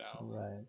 right